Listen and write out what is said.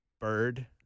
bird